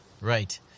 right